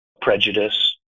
prejudice